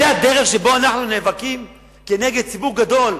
זו הדרך שבה אנחנו נאבקים כנגד ציבור גדול,